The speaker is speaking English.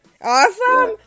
Awesome